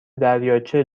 دریاچه